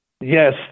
Yes